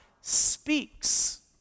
speaks